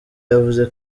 yavuze